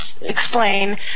explain